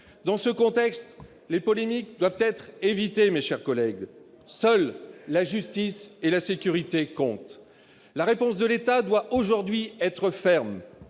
Dans ce contexte, les polémiques doivent être évitées, mes chers collègues. Seules la justice et la sécurité comptent ! La réponse de l'État doit être ferme,